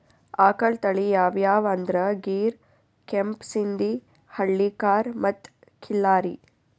ಆಕಳ್ ತಳಿ ಯಾವ್ಯಾವ್ ಅಂದ್ರ ಗೀರ್, ಕೆಂಪ್ ಸಿಂಧಿ, ಹಳ್ಳಿಕಾರ್ ಮತ್ತ್ ಖಿಲ್ಲಾರಿ